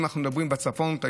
אם אנחנו מדברים על הצפון,